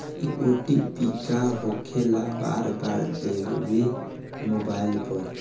इ ओ.टी.पी का होकेला बार बार देवेला मोबाइल पर?